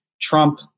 Trump